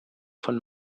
von